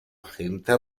agente